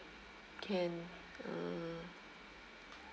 can err